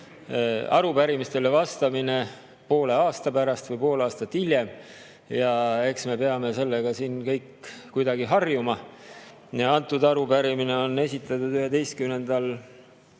arupärimistele vastamine poole aasta pärast või pool aastat hiljem. Eks me peame sellega siin kõik kuidagi harjuma. Arupärimine on esitatud 11.